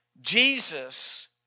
Jesus